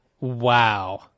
Wow